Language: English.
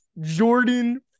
jordan